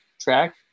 track